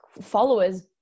followers